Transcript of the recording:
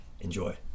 Enjoy